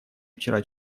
вчера